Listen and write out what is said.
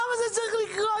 למה זה צריך לקרות?